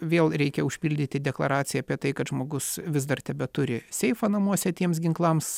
vėl reikia užpildyti deklaraciją apie tai kad žmogus vis dar tebeturi seifą namuose tiems ginklams